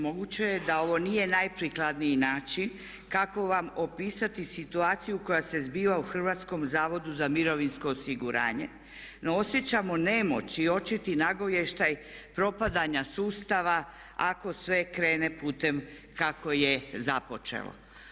Moguće je da ovo nije naj prikladniji način kako vam opisati situaciju koja se zbiva u Hrvatskom zavodu za mirovinsko osiguranje no osjećamo nemoć i očiti nagovještaj propadanja sustava ako sve krene putem kako je započelo.